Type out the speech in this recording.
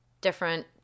different